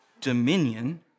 dominion